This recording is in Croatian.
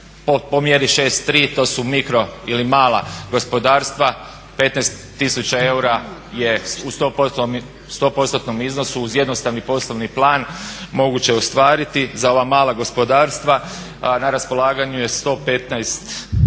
Po mjeri 6.3 to su mikro ili mala gospodarstva, 15 tisuća eura je u 100%tnom iznosu uz jednostavni poslovni plan. Moguće je ostvariti za ova mala gospodarstva, na raspolaganju je 115,